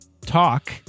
talk